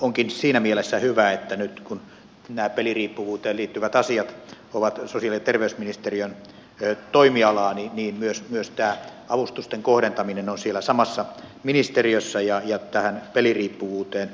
onkin siinä mielessä hyvä että nyt kun nämä peliriippuvuuteen liittyvät asiat ovat sosiaali ja terveysministeriön toimialaa myös tämä avustusten kohdentaminen on siellä samassa ministeriössä ja tähän peliriippuvuuteen vakavasti suhtaudutaan